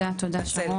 תודה, תודה שרון.